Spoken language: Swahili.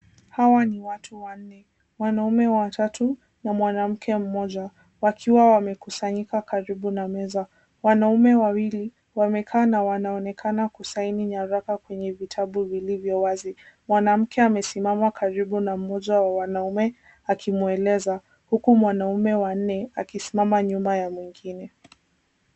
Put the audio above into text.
Hawa ni watu wanne wanaume watatu na mwanamke mmoja wakiwa wamekusanyika karibu na meza. Wanaume wawili wamekaa na wanaonekana kusaini nyaraka kwenye vitabu vilivyo wazi. Mwanamke amesimama karibu na mmoja wa wanaume akimweleza huku mwanaume wa nne akisimama nyuma ya mwingine.